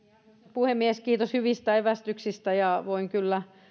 puhemies kiitos hyvistä evästyksistä ja voin kyllä